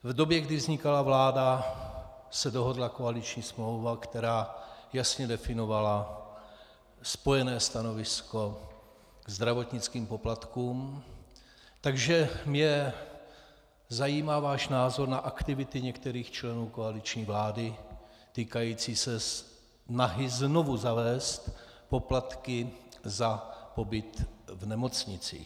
V době, kdy vznikala vláda, se dohodla koaliční smlouva, která jasně definovala spojené stanovisko ke zdravotnickým poplatkům, takže mě zajímá váš názor na aktivity některých členů koaliční vlády týkající se snahy znovu zavést poplatky za pobyt v nemocnici.